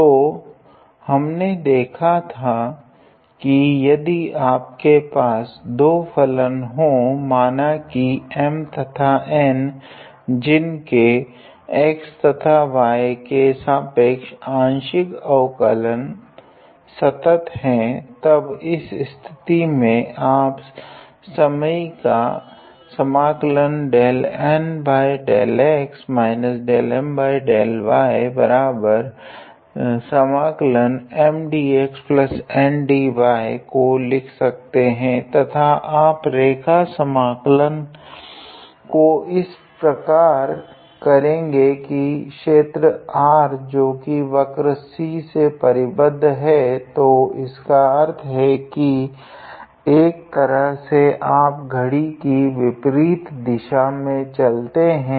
तो हमने देखा की यदि आपके पास दो फलन हो माना की M तथा N जिनके x तथा y के सापेक्ष आंशिक अवकल संतत् है तब इस स्थिति में आप समयीका को लिख सकते है तथा आप रेखा समाकलन को इस प्रकार करेगे की क्षेत्र R जो की वक्र C से परिबद्ध है तो इसका अर्थ है की एक तरह से आप घडी की विपरीत दिशा में चलते है